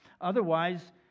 otherwise